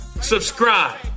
Subscribe